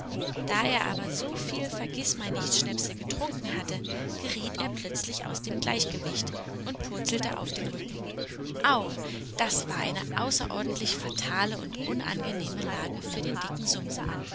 da er aber so viel vergißmeinnichtschnäpse getrunken hatte geriet er plötzlich aus dem gleichgewicht und purzelte auf den rücken au das war eine außerordentlich fatale und unangenehme lage für den dicken